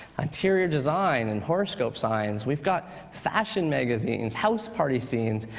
interior design and horoscope signs. we've got fashion magazines, house party scenes.